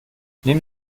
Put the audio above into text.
nimm